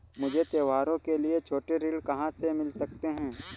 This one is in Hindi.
मुझे त्योहारों के लिए छोटे ऋण कहाँ से मिल सकते हैं?